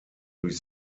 durch